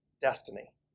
destiny